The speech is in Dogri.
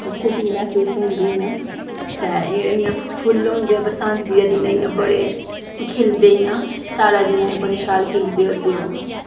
बड़ी खुशी मैह्सूस होंदी इ'यां ते इ'यां फुल्ल होंदे बरसांती दे दिनें इ'यां बड़े खिलदे इ'यां स्यालें दे दिनें बड़े शैल खिलदे ओह्